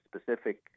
specific